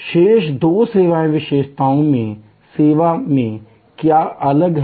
शेष दो सेवा विशेषताओं में सेवा में क्या अलग है